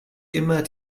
immer